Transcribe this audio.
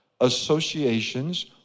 associations